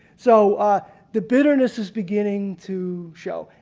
so the bitterness is beginning to show.